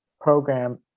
program